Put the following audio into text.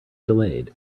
delayed